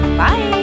Bye